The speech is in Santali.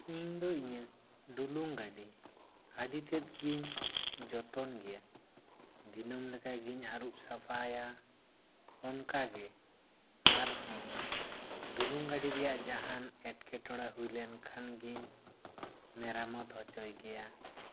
ᱤᱧ ᱫᱚ ᱤᱧᱟᱹᱜ ᱰᱩᱞᱩᱝ ᱜᱟᱹᱰᱤ ᱟᱹᱰᱤ ᱛᱮᱫ ᱜᱮᱧ ᱡᱚᱛᱚᱱ ᱜᱮᱭᱟ ᱫᱤᱱᱟᱹᱢ ᱞᱮᱠᱟ ᱜᱮᱧ ᱟᱹᱨᱩᱵ ᱥᱟᱯᱷᱟᱭᱟ ᱚᱱᱠᱟ ᱜᱮ ᱟᱨ ᱦᱚᱸ ᱰᱩᱞᱩᱝ ᱜᱟᱹᱰᱤ ᱨᱮᱭᱟᱜ ᱡᱟᱦᱟᱱ ᱮᱸᱴᱠᱮᱴᱚᱬᱮ ᱦᱩᱭ ᱞᱮᱱ ᱠᱷᱟᱱ ᱜᱮᱧ ᱢᱮᱨᱟᱢᱟᱛ ᱦᱚᱪᱚᱭ ᱜᱮᱭᱟ